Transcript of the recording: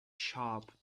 sharp